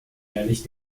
jährlich